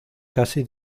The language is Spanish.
casi